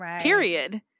Period